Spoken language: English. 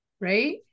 Right